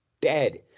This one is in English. dead